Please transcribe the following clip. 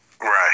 Right